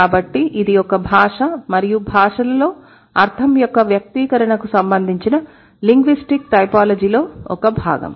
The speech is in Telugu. కాబట్టి ఇది ఒక భాష మరియు భాషలలో అర్ధం యొక్క వ్యక్తీకరణకు సంబంధించిన లింగ్విస్టిక్ టైపోలాజీలో ఒక భాగం